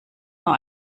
nur